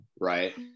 right